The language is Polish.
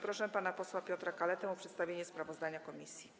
Proszę pana posła Piotra Kaletę o przedstawienie sprawozdania komisji.